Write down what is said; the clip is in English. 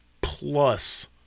plus